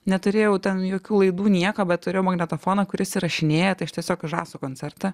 neturėjau ten jokių laidų nieka bet turėjau magnetofoną kuris įrašinėja tai aš tiesiog žasų koncertą